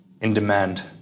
in-demand